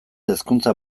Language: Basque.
hezkuntza